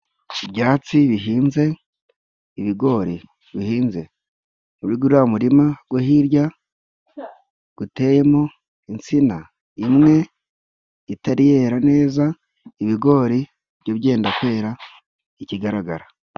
Ibyatsi bihinze, ibigori bihinze muriguriya murima go hirya. Guteyemo insina imwe itari yera neza, ibigori byo byenda kwera ikigaragara.